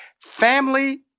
family